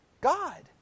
God